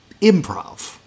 improv